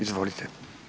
Izvolite.